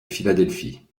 philadelphie